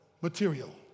material